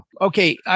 okay